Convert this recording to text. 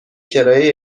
کرایه